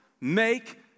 make